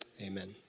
Amen